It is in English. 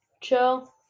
Chill